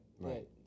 Right